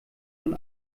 von